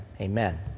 Amen